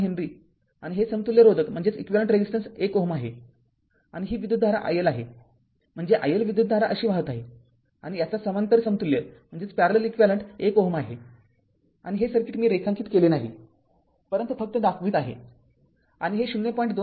२ henry आणि हे समतुल्य रोधक १Ω आहे आणि ही विद्युतधारा iL आहे म्हणजे iL विद्युतधारा अशी वाहत आहे आणि याचा समांतर समतुल्य १ Ω आहे आणि हे सर्किट मी रेखांकित केले नाही परंतु फक्त दाखवीत आहे आणि हे ०